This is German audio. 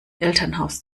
elternhaus